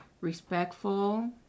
respectful